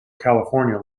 california